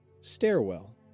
stairwell